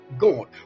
god